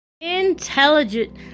intelligent